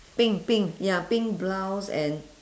pink pink ya pink blouse and